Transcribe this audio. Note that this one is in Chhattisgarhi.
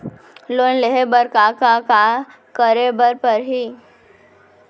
लोन लेहे बर का का का करे बर परहि?